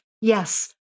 yes